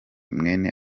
mwene